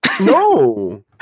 No